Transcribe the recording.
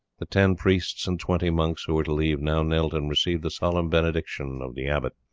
the ten priests and twenty monks who were to leave now knelt, and received the solemn benediction of the abbot,